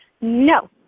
No